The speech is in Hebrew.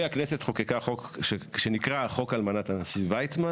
והכנסת חוקקה חוק שנקרא חוק אלמנת הנשיא ויצמן